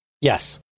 yes